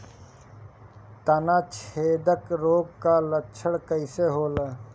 तना छेदक रोग का लक्षण कइसन होला?